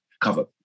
cover